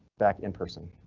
back in person,